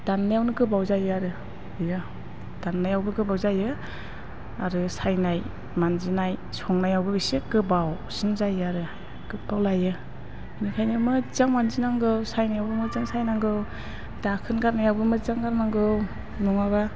दाननायावनो गोबाव जायो आरो बेयो दाननायावबो गोबाव जायो आरो सायनाय मान्जिनाय संनायावबो इसे गोबावसिन जायो आरो गोबाव लायो बेनिखायनो मोजां मान्जिनांगौ सायनायावबो मोजां सायनांगौ दाखोन गारनायावबो मोजां गारनांगौ नङाबा